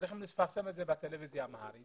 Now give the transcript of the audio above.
צריכים לפרסם את זה בטלוויזיה אמהרית.